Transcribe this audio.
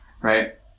Right